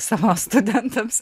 savo studentams